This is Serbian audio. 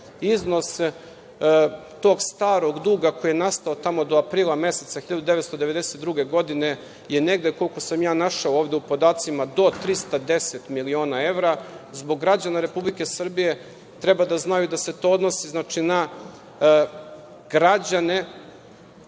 iznose tog starog duga koji je nastao tamo do aprila meseca 1992. godine, je negde koliko sam našao ovde u podacima, do 310 miliona evra. Zbog građana Republike Srbije, treba da znaju da se to odnosi na građane